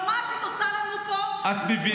היועמ"שית עושה לנו פה חבלות,